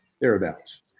thereabouts